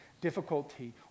difficulty